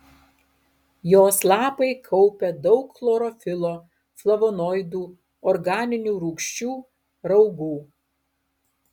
jos lapai kaupia daug chlorofilo flavonoidų organinių rūgščių raugų